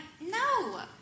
no